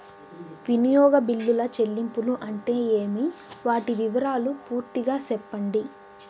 వినియోగ బిల్లుల చెల్లింపులు అంటే ఏమి? వాటి వివరాలు పూర్తిగా సెప్పండి?